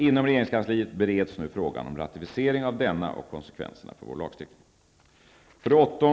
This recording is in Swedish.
Inom regeringskansliet bereds nu frågan om ratificering av denna och konsekvenser för lagstiftningen. 8.